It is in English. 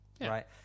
right